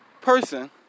person